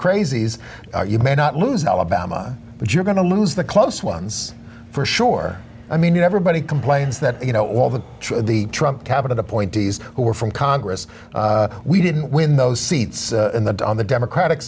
crazies you may not lose alabama but you're going to lose the close ones for sure i mean everybody complains that you know all the the trump cabinet appointees who are from congress we didn't win those seats on the democratic